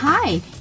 Hi